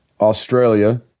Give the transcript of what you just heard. Australia